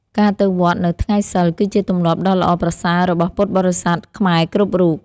ការទៅវត្តនៅថ្ងៃសីល គឺជាទម្លាប់ដ៏ល្អប្រសើររបស់ពុទ្ធបរិស័ទខ្មែរគ្រប់រូប។